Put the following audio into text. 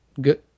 good